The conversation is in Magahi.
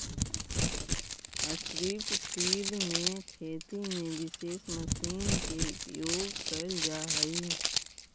स्ट्रिप् टिल में खेती में विशेष मशीन के उपयोग कैल जा हई